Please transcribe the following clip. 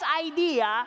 idea